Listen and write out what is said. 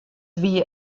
wie